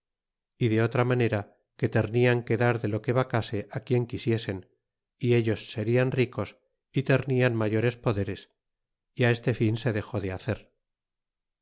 y de otra manera que ternian que dar de lo que vacase quien quisiesen y ellos serian ricos y ternian mayores poderes y este fin se deió de hacer